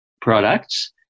products